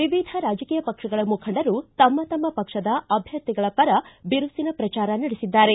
ವಿವಿಧ ರಾಜಕೀಯ ಪಕ್ಷಗಳ ಮುಖಂಡರು ತಮ್ಮ ತಮ್ಮ ಪಕ್ಷದ ಅಭ್ಯರ್ಥಿಗಳ ಪರ ಬಿರುಸಿನ ಪ್ರಚಾರ ನಡೆಸಿದ್ದಾರೆ